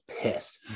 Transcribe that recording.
pissed